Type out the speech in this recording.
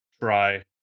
try